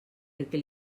perquè